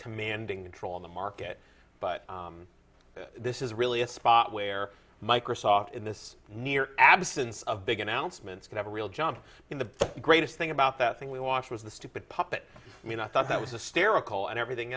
commanding control in the market but this is really a spot where microsoft in this near absence of big announcements could have a real jump in the greatest thing about that thing we watched was the stupid puppet i mean i thought that was a sterile call and everything